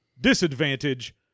disadvantage